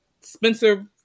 spencer